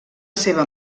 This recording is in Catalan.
seva